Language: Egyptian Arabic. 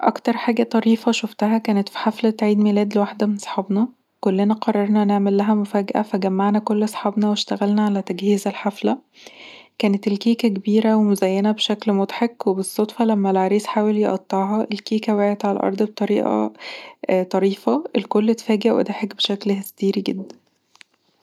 أكثر حاجة طريفة شفتها كانت في حفلة عيد ميلاد لواحده من أصحابنا، كلنا قررنا نعمل له مفاجأة، فجمعنا كل صحابنا واشتغلنا على تجهيز الحفلة. كانت الكيكه كبيرة ومزينة بشكل مضحك، وبالصدفة لما العريس حاول يقطعها، الكيكه وقعت على الأرض بطريقة طريفة. الكل اتفاجأ وضحك بشكل هستيري جدا